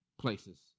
places